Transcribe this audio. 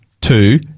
two